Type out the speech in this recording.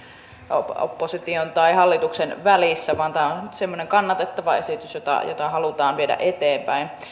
opposition ja hallituksen välissä vaan tämä on semmoinen kannatettava esitys jota jota halutaan viedä eteenpäin